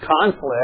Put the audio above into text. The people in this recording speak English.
conflict